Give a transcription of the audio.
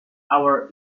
our